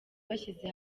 bashyize